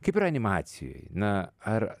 kaip yra animacijoj na ar